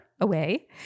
away